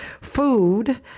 food